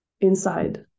inside